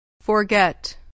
forget